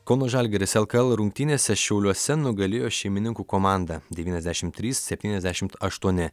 kauno žalgiris lkl rungtynėse šiauliuose nugalėjo šeimininkų komandą devyniasdešimt trys septyniasdešimt aštuoni